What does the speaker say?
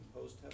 Post